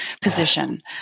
position